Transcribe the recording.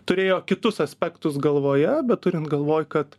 turėjo kitus aspektus galvoje bet turint galvoj kad